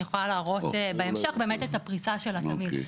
אני יכולה להראות בהמשך באמת את הפריסה של התמהיל.